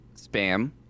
Spam